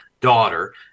daughter